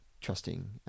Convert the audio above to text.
trusting